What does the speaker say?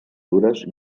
dures